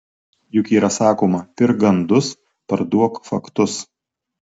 juk yra sakoma pirk gandus parduok faktus